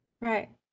right